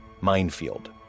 minefield